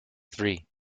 three